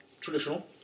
traditional